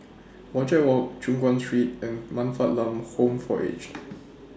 Wajek Walk Choon Guan Street and Man Fatt Lam Home For Aged